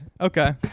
Okay